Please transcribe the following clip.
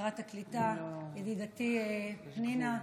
שרת הקליטה ידידתי פנינה,